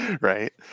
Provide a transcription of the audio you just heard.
Right